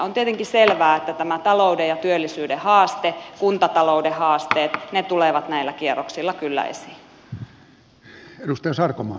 on tietenkin selvää että tämä talouden ja työllisyyden haaste kuntatalouden haasteet tulevat näillä kierroksilla kyllä esiin